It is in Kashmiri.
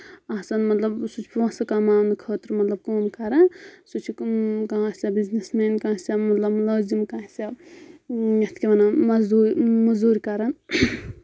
آسان مطلب سُہ چھُ پونٛسہٕ کَماونہٕ خٲطرٕ مطلب کٲم کَران سُہ چھِ کانٛہہ بِزنِس مین کانٛہہ سا مطلب مُلٲزِم کانٛہہ سا یَتھ کیاہ وَنان مزدوٗ مٔزوٗرۍ کَران